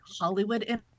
Hollywood